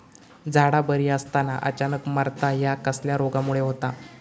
झाडा बरी असताना अचानक मरता हया कसल्या रोगामुळे होता?